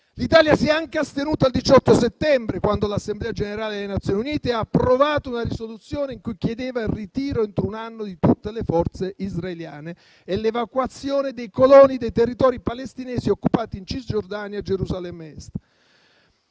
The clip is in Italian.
L'Italia si è anche astenuta il 18 settembre, quando l'Assemblea generale delle Nazioni Unite ha approvato una risoluzione che chiedeva il ritiro entro un anno di tutte le forze israeliane e l'evacuazione dei coloni dei territori palestinesi occupati in Cisgiordania e Gerusalemme Est.